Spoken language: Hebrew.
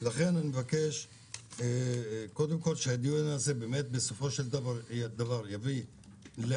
לכן אני מבקש שהדיון הזה יביא בסופו של דבר להמלצות.